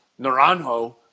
Naranjo